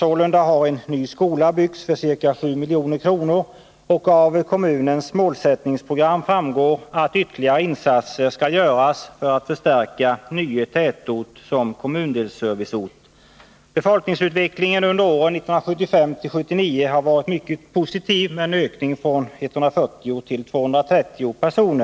Sålunda har en ny skola byggts för ca 7 milj.kr., och av kommunens målsättningsprogram framgår att ytterligare insatser skall göras för att förstärka Nye tätort som kommundelsserviceort. Befolkningsutvecklingen under åren 1975-1979 har varit mycket positiv med en ökning från 140 till 230 personer.